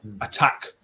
attack